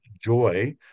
joy